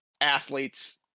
athletes